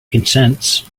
consents